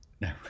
No